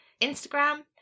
Instagram